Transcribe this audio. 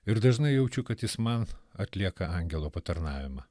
ir dažnai jaučiu kad jis man atlieka angelo patarnavimą